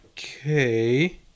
Okay